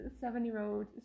seven-year-old